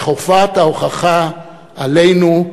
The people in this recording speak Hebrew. וחובת ההוכחה עלינו,